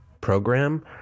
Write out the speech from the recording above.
program